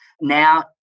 now